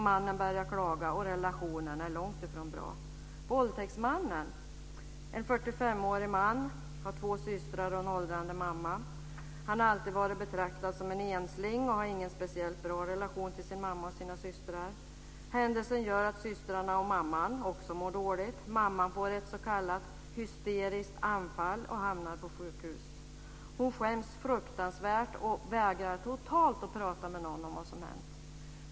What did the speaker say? Mannen börjar klaga och relationen är långt ifrån bra. Våldtäktsmannen är en 45-årig man. Han har två systrar och en åldrande mamma. Han har alltid betraktats som en ensling. Han har ingen speciellt bra relation till sin mamma och sina systrar. Händelsen gör att systrarna och mamman också mår dåligt. Mamman får ett s.k. hysteriskt anfall och hamnar på sjukhus. Hon skäms fruktansvärt och vägrar totalt att prata med någon om vad som hänt.